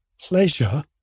pleasure